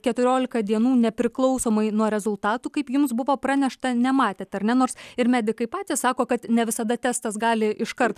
keturiolika dienų nepriklausomai nuo rezultatų kaip jums buvo pranešta nematėt ar ne nors ir medikai patys sako kad ne visada testas gali iškart